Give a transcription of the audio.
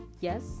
Yes